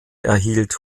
erhielt